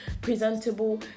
presentable